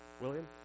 William